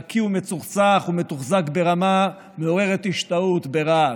נקי ומצוחצח ומתוחזק ברמה מעוררת השתאות ברהט.